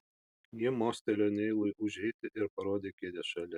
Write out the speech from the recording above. ji mostelėjo neilui užeiti ir parodė kėdę šalia